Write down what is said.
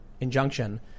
injunction